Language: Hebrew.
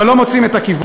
אבל לא מוצאים את הכיוון.